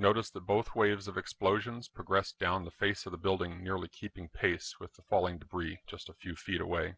notice the both waves of explosions progress down the face of the building nearly keeping pace with the falling debris just a few feet away